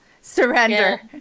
Surrender